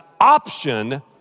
option